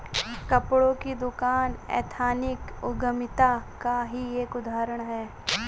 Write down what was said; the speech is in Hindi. कपड़ों की दुकान एथनिक उद्यमिता का ही एक उदाहरण है